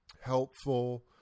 helpful